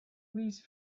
please